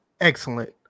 excellent